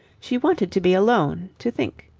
she wanted to be alone, to think.